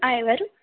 ఆ ఎవరు